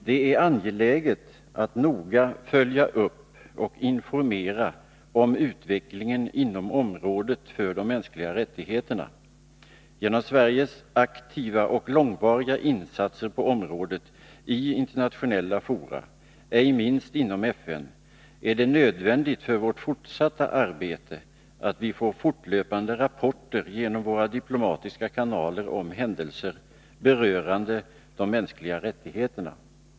Det är angeläget att noga följa upp och informera om utvecklingen inom området för de mänskliga rättigheterna. Genom Sveriges aktiva och långvariga insatser på området i internationella fora, ej minst inom FN, är det nödvändigt att för vårt fortsatta arbete att vi får fortlöpande rapporter genom våra diplomatiska kanaler om händelser berörande de mänskliga rättigheterna.